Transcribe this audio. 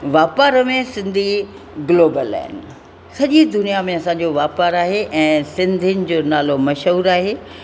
वापार में सिंधी ग्लोबल आहिनि सॼी दुनिया में असां जो वापारु आहे ऐं सिंधियुनि जो नालो मशहूरु आहे